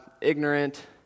ignorant